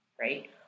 right